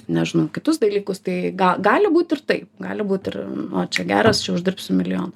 nežinau kitus dalykus tai ga gali būt ir taip gali būti ir o čia geras čia uždirbsiu milijoną